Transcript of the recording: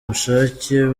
ubushake